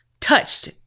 touched